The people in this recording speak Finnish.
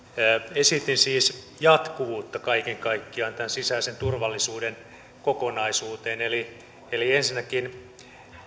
esitin siis jatkuvuutta kaiken kaikkiaan tämän sisäisen turvallisuuden kokonaisuuteen eli eli ensinnäkin